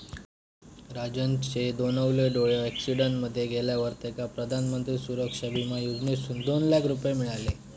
राजनचे दोनवले डोळे अॅक्सिडेंट मध्ये गेल्यावर तेका प्रधानमंत्री सुरक्षा बिमा योजनेसून दोन लाख रुपये मिळाले